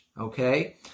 Okay